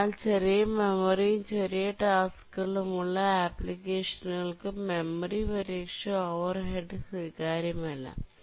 അതിനാൽ ചെറിയ മെമ്മറിയും ചെറിയ ടാസ്കുകളും ഉള്ള അപ്പ്ലിക്കേഷനുകൾക് മെമ്മറി പരിരക്ഷ ഓവർ ഹെഡ് സ്വീകാര്യമല്ല